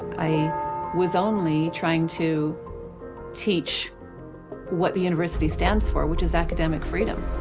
i was only trying to teach what the university stands for, which is academic freedom.